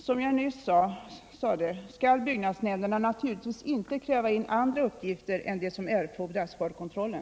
Som jag nyss sade, skall byggnadsnämnderna naturligtvis inte kräva in andra uppgifter än dem som erfordras för kontrollen.